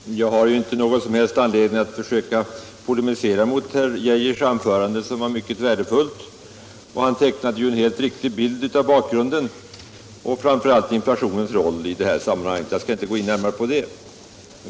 Herr talman! Jag har inte någon som helst anledning att försöka polemisera mot herr Arne Geijers i Stockholm anförande, som var mycket värdefullt. Han tecknade en helt riktig bild av bakgrunden, framför allt inflationens roll i sammanhanget. Jag skall inte gå närmare in på det.